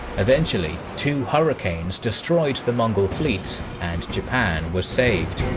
eventually, two hurricanes destroyed the mongol fleets and japan was saved.